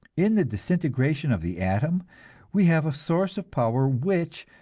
in the disintegration of the atom we have a source of power which,